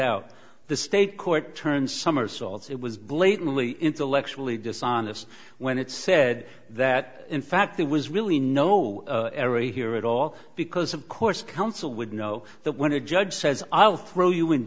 out the state court turn somersaults it was blatantly intellectually dishonest when it said that in fact it was really no error here at all because of course counsel would know that when a judge says i'll throw you in